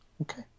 okay